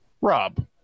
rob